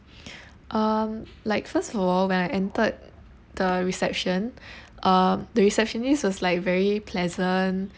um like first of all when I entered the reception uh the receptionist was like very pleasant